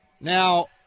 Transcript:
Now